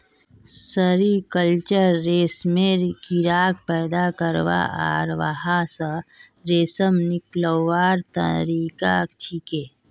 sericulture रेशमेर कीड़ाक पैदा करवा आर वहा स रेशम निकलव्वार तरिका छिके